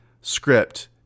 script